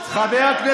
אל תעזור לי.